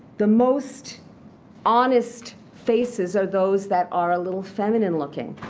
the most honest faces are those that are a little feminine looking.